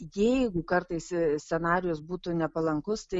jeigu kartais scenarijus būtų nepalankus tai